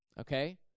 okay